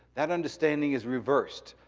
that understanding is reversed,